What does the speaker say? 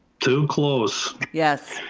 too close. yes.